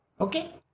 okay